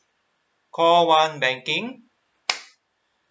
call one banking